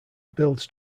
builds